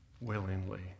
willingly